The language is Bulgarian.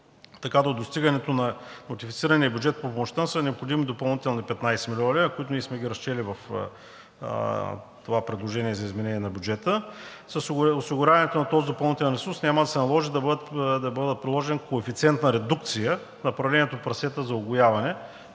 така до достигането на нотифицирания бюджет по помощта са необходими допълнителни 15 млн. лв., които ние сме ги разчели в това предложение за изменение на бюджета. С осигуряването на този допълнителен ресурс няма да се наложи да бъде приложен коефициент на редукция в направлението прасета за угояване,